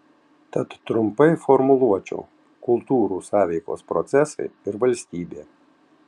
tad trumpai formuluočiau kultūrų sąveikos procesai ir valstybė